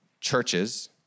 churches